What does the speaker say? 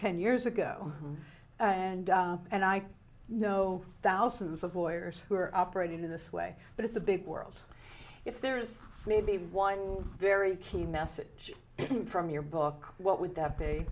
ten years ago and and i know thousands of lawyers who are operating in this way but it's a big world if there's maybe one very key message from your book what would that be